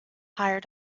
higher